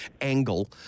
angle